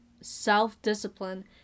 self-discipline